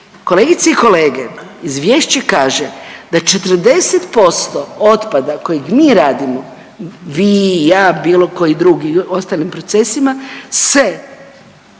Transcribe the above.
Kolegice i kolege, izvješće kaže da 40% otpada kojeg mi radimo vi, ja, bilo koji drugi u ostalim procesima se